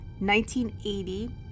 1980